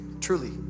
truly